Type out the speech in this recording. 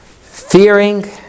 fearing